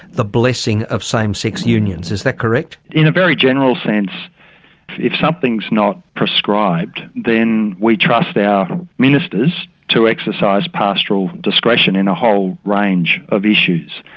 the blessing of same-sex unions. is that correct? in a very general sense if something's not prescribed, then we trust our ministers to exercise pastoral discretion in a whole range of issues.